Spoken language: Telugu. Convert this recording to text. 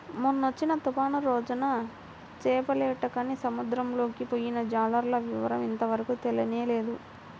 మొన్నొచ్చిన తుఫాను రోజున చేపలేటకని సముద్రంలోకి పొయ్యిన జాలర్ల వివరం ఇంతవరకు తెలియనేలేదు